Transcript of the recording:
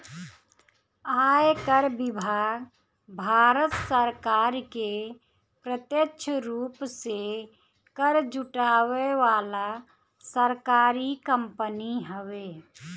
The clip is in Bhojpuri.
आयकर विभाग भारत सरकार के प्रत्यक्ष रूप से कर जुटावे वाला सरकारी कंपनी हवे